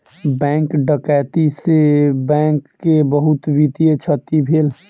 bank डकैती से bank के बहुत वित्तीय क्षति भेल